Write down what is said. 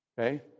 okay